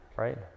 right